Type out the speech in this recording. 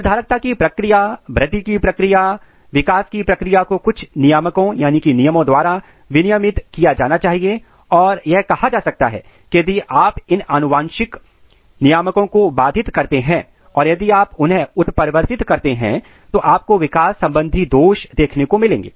निर्धारकता की प्रक्रिया वृद्धि की प्रक्रिया विकास की प्रक्रिया को कुछ नियामकों द्वारा विनियमित किया जाना चाहिए और यह कहा जा सकता है कि यदि आप इन आनुवंशिक नियामकों को बाधित करते हैं या यदि आप उन्हें उत्परिवर्तित करते हैं तो आपको विकास संबंधी दोष देखने को मिलेंगे